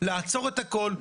לעצור את הכל.